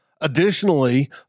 Additionally